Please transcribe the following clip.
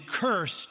cursed